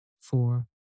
four